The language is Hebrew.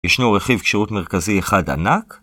‫ישנו רכיב תקשרות מרכזי אחד ענק.